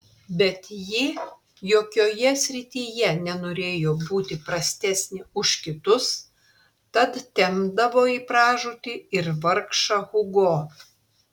bet ji jokioje srityje nenorėjo būti prastesnė už kitus tad tempdavo į pražūtį ir vargšą hugo